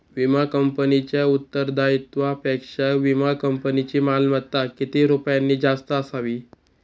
विमा कंपनीच्या उत्तरदायित्वापेक्षा विमा कंपनीची मालमत्ता किती रुपयांनी जास्त असावी?